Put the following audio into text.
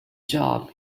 job